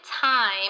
time